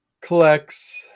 collects